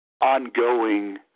ongoing